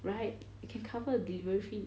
right you can cover a delivery fee